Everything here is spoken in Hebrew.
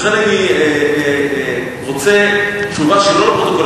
לכן אני רוצה תשובה שהיא לא לפרוטוקול,